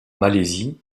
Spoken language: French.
malaisie